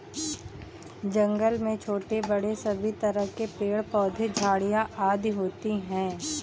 जंगल में छोटे बड़े सभी तरह के पेड़ पौधे झाड़ियां आदि होती हैं